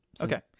okay